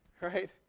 right